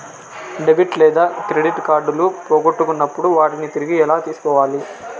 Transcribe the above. debit లేదా credit కార్డులు పోగొట్టుకున్నప్పుడు వాటిని తిరిగి ఎలా తీసుకోవాలి